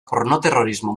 pornoterrorismo